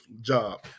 job